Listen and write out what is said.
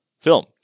film